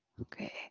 Okay